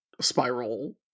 spiral